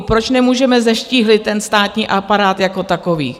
Proč nemůžeme zeštíhlit ten státní aparát jako takový?